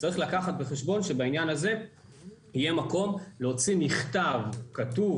צריך לקחת בחשבון שבעניין הזה יהיה מקום להוציא מכתב כתוב,